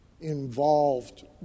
involved